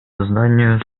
созданию